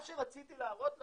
מה שרציתי להראות לכם,